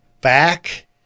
back